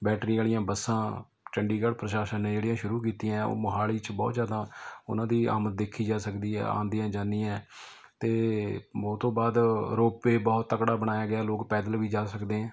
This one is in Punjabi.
ਬੈਟਰੀ ਵਾਲੀਆਂ ਬੱਸਾਂ ਚੰਡੀਗੜ੍ਹ ਪ੍ਰਸ਼ਾਸਨ ਨੇ ਜਿਹੜੀਆਂ ਸ਼ੁਰੂ ਕੀਤੀਆਂ ਉਹ ਮੋਹਾਲੀ 'ਚ ਬਹੁਤ ਜ਼ਿਆਦਾ ਉਹਨਾਂ ਦੀ ਆਮਦ ਦੇਖੀ ਜਾ ਸਕਦੀ ਹੈ ਆਉਂਦੀਆਂ ਜਾਂਦੀਆਂ ਅਤੇ ਉਹ ਤੋਂ ਬਾਅਦ ਰੋਪੇ ਬਹੁਤ ਤਕੜਾ ਬਣਾਇਆ ਗਿਆ ਲੋਕ ਪੈਦਲ ਵੀ ਜਾ ਸਕਦੇ ਹੈ